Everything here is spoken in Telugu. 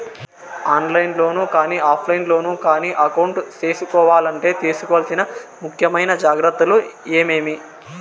ఆన్ లైను లో కానీ ఆఫ్ లైను లో కానీ అకౌంట్ సేసుకోవాలంటే తీసుకోవాల్సిన ముఖ్యమైన జాగ్రత్తలు ఏమేమి?